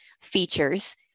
features